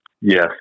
Yes